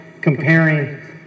comparing